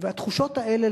והתחושות האלה,